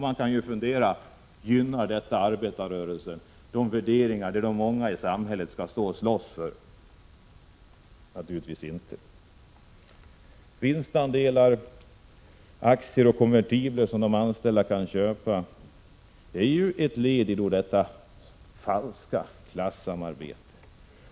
Man kan fuldera på om detta gynnar arbetarrörelsen och dess värderingar och det som de många i samhället skall Prot. 1986/87:135 slåss för. Naturligtvis inte. 3 juni 1987 Vinstandelar, aktier och konvertibler som de anställda kan köpa är ett led i j :: detta falska klassamarbete.